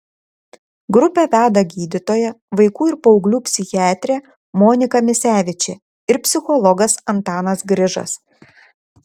grupę veda gydytoja vaikų ir paauglių psichiatrė monika misevičė ir psichologas antanas grižas